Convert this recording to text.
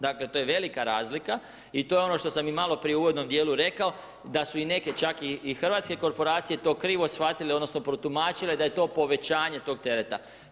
Dakle to je velika razlika i to je ono što sam i maloprije u uvodnom dijelu rekao da su i neke čak i hrvatske korporacije to krivo shvatile, odnosno protumačile da je to povećanje tog tereta.